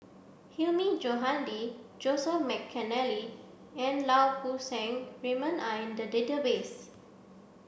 Hilmi Johandi Joseph Mcnally and Lau Poo Seng Raymond are in the database